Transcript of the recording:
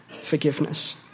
forgiveness